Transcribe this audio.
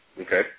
Okay